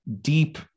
deep